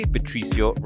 Patricio